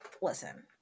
listen